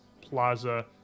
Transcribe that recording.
plaza